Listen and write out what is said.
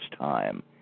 time